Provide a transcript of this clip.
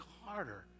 harder